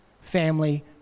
family